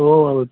ഓ